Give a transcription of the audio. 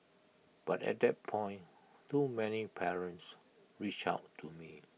but at that point too many parents reached out to me